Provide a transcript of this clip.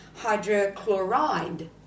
hydrochloride